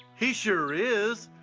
he sure is.